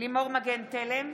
לימור מגן תלם,